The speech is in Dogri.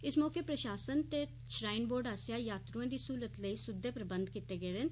इस मौके प्रशासन ते श्राईन बोर्ड आस्सेआ यात्रुएं दी सहूलत लेई सुद्दे प्रबंध कीते गेदे न